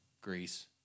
Greece